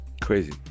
Crazy